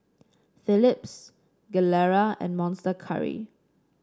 Philips Gilera and Monster Curry